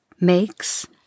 makes